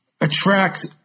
attract